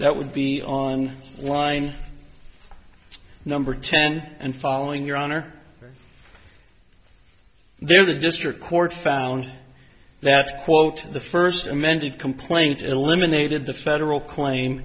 that would be on line number ten and following your honor there the district court found that quote the first amended complaint eliminated the federal claim